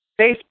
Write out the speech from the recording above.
Facebook